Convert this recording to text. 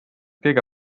kõige